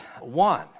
one